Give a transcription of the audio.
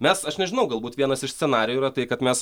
mes aš nežinau galbūt vienas iš scenarijų yra tai kad mes